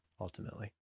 ultimately